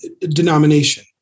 denomination